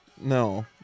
No